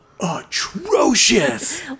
atrocious